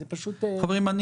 חברים,